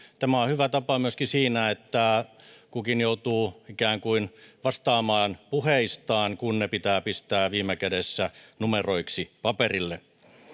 tämä on hyvä tapa myöskin siinä että kukin joutuu ikään kuin vastaamaan puheistaan kun ne pitää pistää viime kädessä numeroiksi paperille